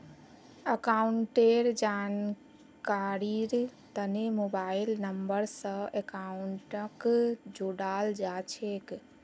अकाउंटेर जानकारीर तने मोबाइल नम्बर स अकाउंटक जोडाल जा छेक